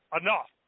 enough